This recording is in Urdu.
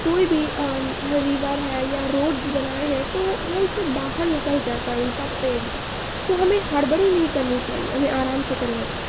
کوئی بھی ریور ہے یا روڈ بھی بنائے ہیں تو وہ اسے باہر نکل جاتا ہے ان کا پینٹ تو ہمیں ہڑبڑی نہیں کرنی چاہیے ہمیں آرام سے کرنا چاہیے